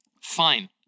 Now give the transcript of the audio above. Fine